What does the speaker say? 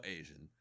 Asian